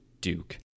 Duke